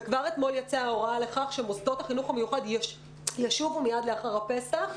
וכבר אתמול יצאה הוראה לכך שמוסדות החינוך המיוחד ישובו מיד לאחר הפסח.